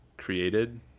created